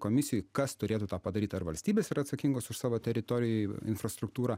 komisijoj kas turėtų tą padaryt ar valstybės yra atsakingos už savo teritorijoj infrastruktūrą